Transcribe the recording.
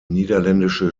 niederländische